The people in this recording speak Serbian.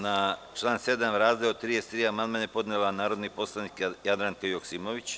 Na član 7. razdeo 33 amandman je podnela narodni poslanik Jadranka Joksimović.